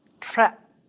trap